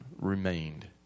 remained